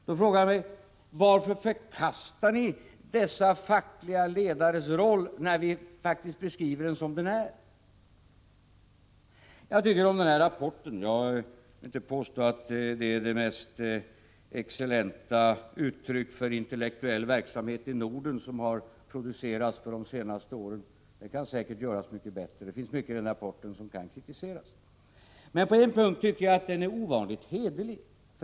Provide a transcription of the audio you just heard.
Då vill jag fråga: Varför förkastar ni dessa fackliga ledares roll när vi beskriver den som den verkligen är? Vad gäller rapporten vill jag inte påstå att den är det mest excellenta' uttrycket för intellektuell verksamhet som har producerats i Norden under de senaste åren. Den kan säkert göras mycket bättre, och det finns säkert mycket i rapporten som kan kritiseras. Men på en punkt tycker jag att den är ovanligt hederlig.